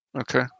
Okay